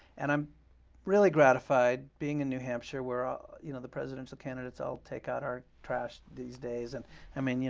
and i'm really gratified being in new hampshire where ah you know the presidential candidates all take out our trash these days. and i mean, yeah